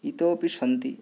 इतोऽपि सन्ति